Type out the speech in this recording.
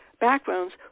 backgrounds